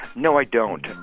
no, i don't.